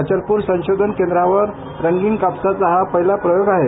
अचलपर संशोधन केंदावर रंगीन कापसाचा हा पहिला प्रयोग आहे